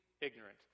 ignorant